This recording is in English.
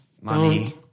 money